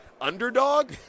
underdog